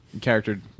character